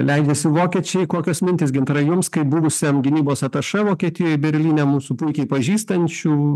leidžiasi vokiečiai kokios mintys gintarai jums kaip buvusiam gynybos atašė vokietijoj berlyne mūsų puikiai pažįstančių